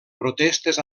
protestes